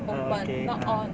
uh okay uh